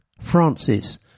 Francis